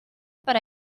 para